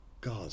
God